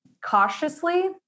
cautiously